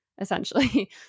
essentially